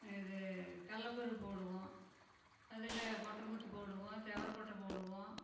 இது கடலப்பருப்பு போடுவோம் அதில் கொட்டமுத்து போடுவோம் துவரக்கொட்ட போடுவோம்